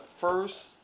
first